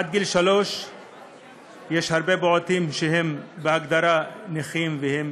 עד גיל שלוש יש הרבה פעוטות שהם בהגדרה נכים, והם